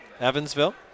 Evansville